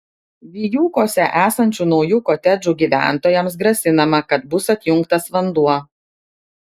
vijūkuose esančių naujų kotedžų gyventojams grasinama kad bus atjungtas vanduo